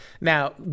Now